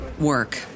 work